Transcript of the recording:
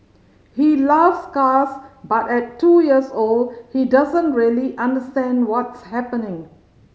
he loves cars but at two years old he doesn't really understand what's happening